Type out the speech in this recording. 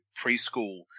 preschool